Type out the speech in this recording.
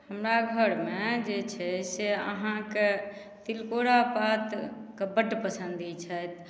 हमरा घरमे जे छै से अहाँके तिलकोरा पातके बड्ड पसन्दी छथि